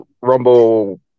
rumble